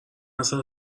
اصلا